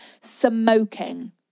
smoking